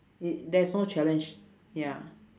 it there's no challenge ya